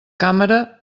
càmera